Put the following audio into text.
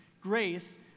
grace